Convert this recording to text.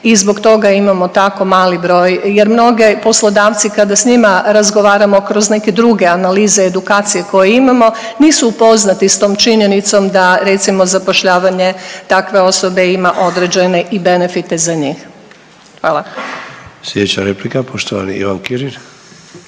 i zbog toga imamo tako mali broj, jer mnoge poslodavci kada s njima razgovaramo kroz neke druge analize i edukacije koje imamo, nisu upoznati s tom činjenicom da recimo, zapošljavanje takve osobe ima određene i benefite za njih. Hvala. **Sanader, Ante (HDZ)** Sljedeća replika, poštovani Ivan Kirin.